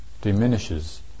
diminishes